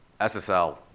SSL